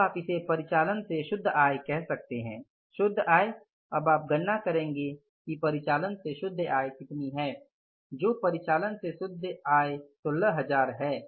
अब आप इसे परिचालन से शुद्ध आय कह सकते हैं शुद्ध आय अब आप गणना करेंगे कि परिचालन से शुद्ध आय कितनी है तो परिचालन से शुद्ध आय 16000 है